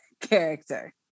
character